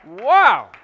Wow